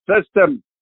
system